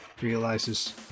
realizes